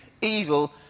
evil